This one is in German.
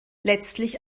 letztlich